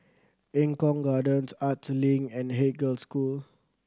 Eng Kong Gardens Arts Link and Haig Girls' School